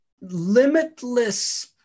limitless